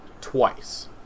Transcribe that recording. twice